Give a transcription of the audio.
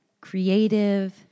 creative